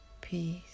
Peace